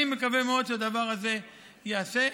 אני מקווה מאוד שהדבר הזה ייעשה.